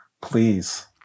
Please